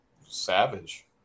savage